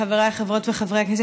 חבריי חברות וחברי הכנסת,